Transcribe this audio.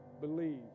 believe